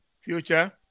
Future